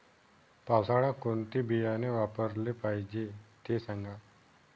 पावसाळ्यात कोणते बियाणे वापरले पाहिजे ते सांगा